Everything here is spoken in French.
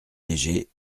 léger